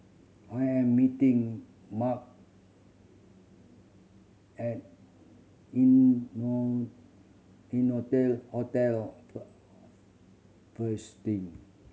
I am meeting Mark at Innotel Hotel